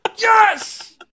yes